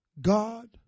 God